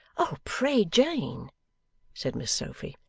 oh, pray, jane said miss sophy.